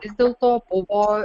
vis dėlto buvo